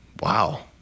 wow